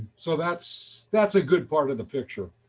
so that's that's a good part of the picture.